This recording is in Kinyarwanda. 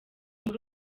muri